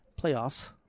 playoffs